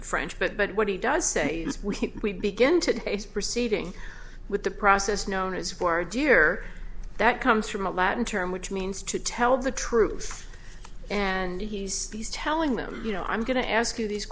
the french but but what he does say as we begin today is proceeding with the process known as for deer that comes from a latin term which means to tell the truth and he's telling them you know i'm going to ask you these